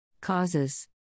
Causes